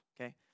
okay